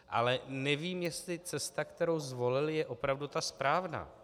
Ale nevím, jestli cesta, kterou zvolili, je opravdu ta správná.